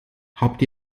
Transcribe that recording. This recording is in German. habt